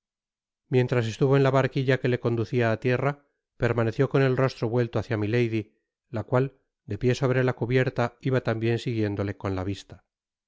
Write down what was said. mientras estuvo en la barquilla que le conducía á tierra permaneció con el rostro vuelto hácia milady la cual de pié sobre la cubierta iba tambien siguiéndole con la vista